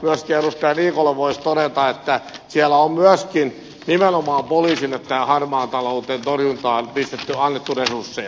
myöskin edustaja niikolle voisi todeta että siellä on myöskin nimenomaan poliisille tähän harmaan talouden torjuntaan pistetty annettu resursseja